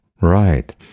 Right